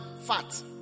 fat